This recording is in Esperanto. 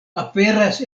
aperas